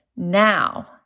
Now